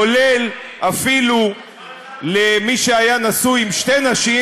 כולל אפילו למי שהיה נשוי עם שתי נשים,